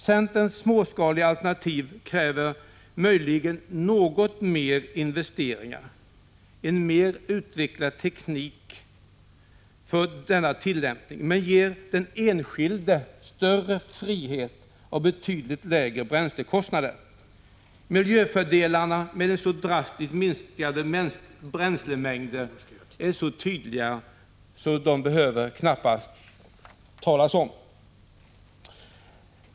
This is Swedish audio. Centerns småskaliga alternativ kräver möjligen något mer av investeringar, en mer utvecklad teknik för denna tillämpning, men ger den enskilde större frihet och betydligt lägre bränslekostnader. Miljöfördelarna med så drastiskt minskade bränslemängder är så tydliga att de knappast behöver påpekas.